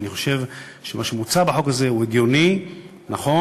אני חושב שמה שמוצע בחוק הזה הוא הגיוני ונכון,